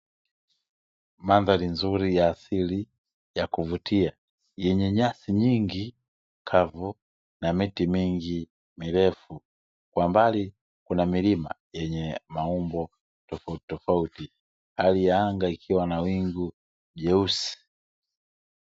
Mandhari nzuri ya asili yenye nyasi nyingi kavu na miti mingi mirefu, kwa mbali kuna milima yenye maumbo tofautitofauti, hali ya anga ikiwa na wingu jeusi.